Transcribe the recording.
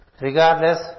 regardless